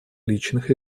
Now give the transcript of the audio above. личных